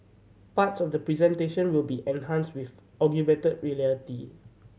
parts of the presentation will be enhanced with augmented reality